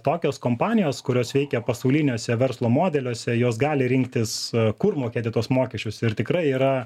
tokios kompanijos kurios veikia pasauliniuose verslo modeliuose jos gali rinktis kur mokėti tuos mokesčius ir tikrai yra